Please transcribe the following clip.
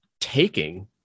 taking